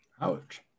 ouch